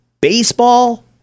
baseball